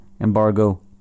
embargo